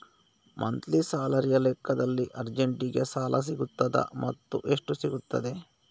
Monthly ಸ್ಯಾಲರಿಯ ಲೆಕ್ಕದಲ್ಲಿ ಅರ್ಜೆಂಟಿಗೆ ಸಾಲ ಸಿಗುತ್ತದಾ ಮತ್ತುಎಷ್ಟು ಸಿಗುತ್ತದೆ?